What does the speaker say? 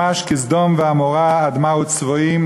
ממש כ"סדֹם ועמֹרה אדמה וצבֹיים,